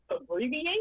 Abbreviate